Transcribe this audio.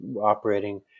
operating